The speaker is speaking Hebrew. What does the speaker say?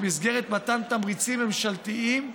במסגרת מתן תמריצים ממשלתיים,